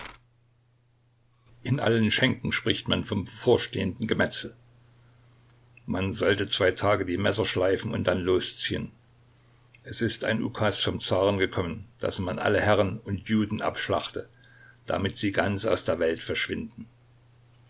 in allen schenken spricht man vom bevorstehenden gemetzel man sollte zwei tage die messer schleifen und dann losziehen es ist ein ukas vom zaren gekommen daß man alle herren und juden abschlachte damit sie ganz aus der welt verschwinden